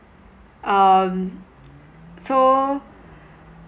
um so